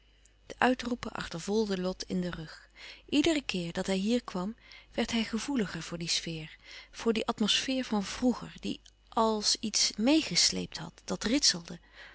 uitroepen achtervolgden lot in den rug iederen keer dat hij hier kwam werd hij gevoeliger voor die sfeer voor die atmosfeer van vroeger die als iets meêgesleept had dat ritselde